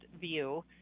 view